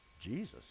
Jesus